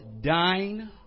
dying